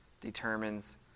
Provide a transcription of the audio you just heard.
determines